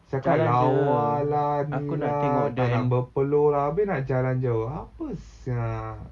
cakap lawa lah ni lah tak nak berpeluh ah abeh nak jalan jauh apa sia